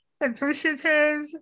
appreciative